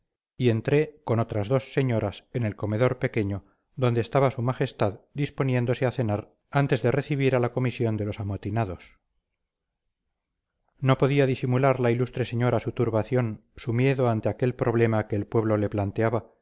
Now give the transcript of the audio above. y entré con otras dos señoras en el comedor pequeño donde estaba su majestad disponiéndose a cenar antes de recibir a la comisión de los amotinados no podía disimular la ilustre señora su turbación su miedo ante aquel problema que el pueblo le planteaba